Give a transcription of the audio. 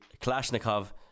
Kalashnikov